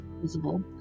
visible